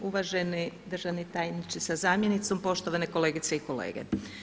Uvaženi državni tajniče sa zamjenicom, poštovane kolegice i kolege.